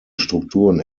strukturen